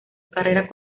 carrera